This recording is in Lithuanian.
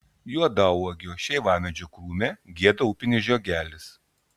juodauogio šeivamedžio krūme gieda upinis žiogelis